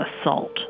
assault